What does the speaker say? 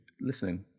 listening